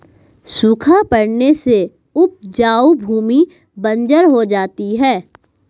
सूखा पड़ने से उपजाऊ भूमि बंजर हो जाती है